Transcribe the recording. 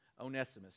Onesimus